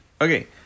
Okay